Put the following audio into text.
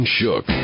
Shook